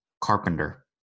carpenter